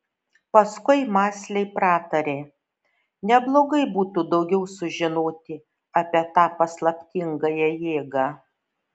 paskui mąsliai pratarė neblogai būtų daugiau sužinoti apie tą paslaptingąją jėgą